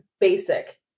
basic